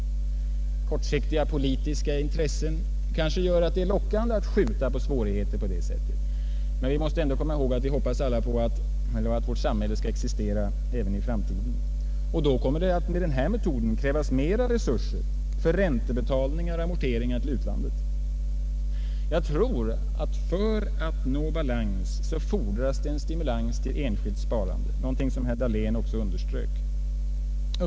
Kortsiktiga politiska intressen kanske gör att det är lockande att skjuta på svårigheterna på det sättet. Men vi hoppas ändå alla att vårt samhälle skall existera även i framtiden, och då kommer det att med denna metod krävas mera resurser för räntebetalningar och amorteringar till utlandet. För att vi skall nå balans fordras stimulans till enskilt sparande, vilket herr Dahlén också underströk.